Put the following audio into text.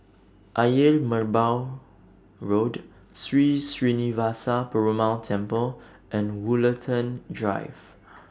Ayer Merbau Road Sri Srinivasa Perumal Temple and Woollerton Drive